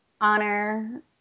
honor